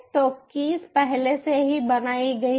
तो कीस पहले से ही बनाई गई है